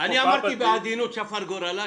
אני אמרתי בעדינות: "שפר גורלה".